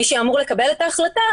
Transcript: מי שאמור לקבל את ההחלטה,